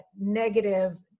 negative